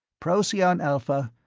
procyon alpha.